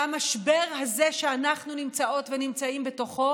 והמשבר הזה שאנחנו נמצאות ונמצאים בתוכו